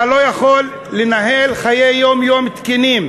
אתה לא יכול לנהל חיי יום-יום תקינים.